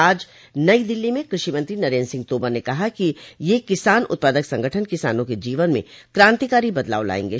आज नई दिल्ली में कृषि मंत्री नरेन्द्र सिंह तोमर ने कहा कि ये किसान उत्पादक संगठन किसानों के जीवन में क्रान्तिकारी बदलाव लायगे